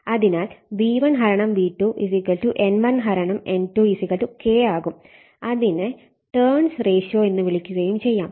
അതിനാൽ V1 V2 N1 N2 K ആകും അതിനെ ടേൺസ് റേഷ്യോ എന്ന് വിളിക്കുകയും ചെയ്യാം